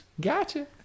Gotcha